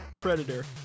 Predator